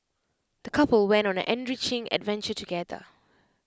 the couple went on an enriching adventure together